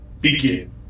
Begin